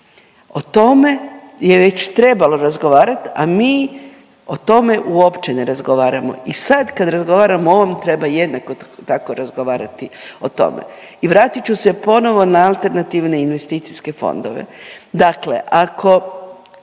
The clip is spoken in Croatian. O tome je već trebalo razgovarati, a mi o tome uopće ne razgovaramo i sad kad razgovaramo o ovom, treba jednako tako razgovarati o tome. I vratit ću se ponovo na alternativne investicijske fondove.